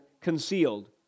concealed